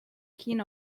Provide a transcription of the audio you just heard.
king